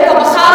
כי אתה בחרת,